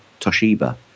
toshiba